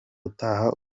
utaha